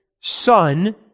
son